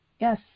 Yes